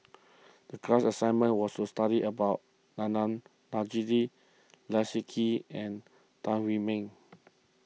the class assignment was to study about Adnan Saidi Leslie Kee and Tan Wu Meng